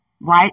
Right